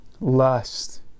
lust